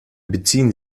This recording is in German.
beziehen